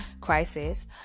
crisis